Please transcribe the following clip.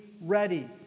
ready